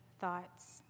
thoughts